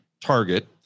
target